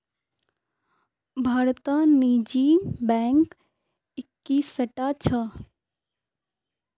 भारतत निजी बैंक इक्कीसटा छ